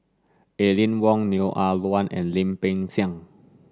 Aline Wong Neo Ah Luan and Lim Peng Siang